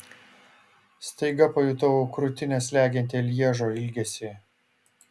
staiga pajutau krūtinę slegiantį lježo ilgesį